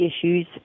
issues